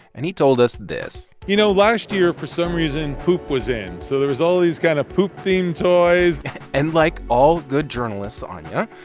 and he told us this you know, last year, for some reason, poop was in. so there was all these kind of poop-themed toys and like all good journalists, anya,